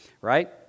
right